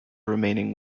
remaining